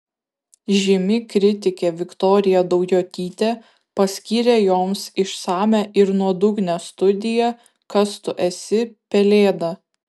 žymi kritikė viktorija daujotytė paskyrė joms išsamią ir nuodugnią studiją kas tu esi pelėda